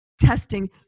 testing